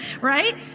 Right